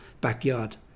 backyard